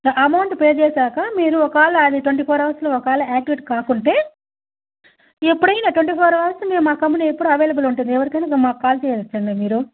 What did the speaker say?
amount pay చేశాక మీరు ఒకవేళ అది ట్వంటీ ఫోర్ అవర్స్లో ఒకవేళ ఆక్టివేట్ కాకుంటే ఎప్పుడైన ట్వంటీ ఫోర్ అవర్స్ మేము మా కంపెనీ ఎప్పుడు అవైలబుల్లో ఉంటుంది ఎవరికైన మాకు కాల్ చేయవచ్చు అండి మీరు